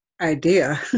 idea